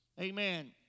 Amen